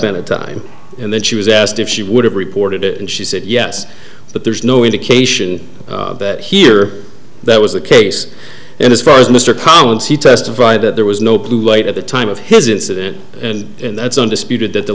been a time and then she was asked if she would have reported it and she said yes but there's no indication that here that was the case and as far as mr collins he testified that there was no blue light at the time of his incident and that's undisputed that the